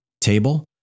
table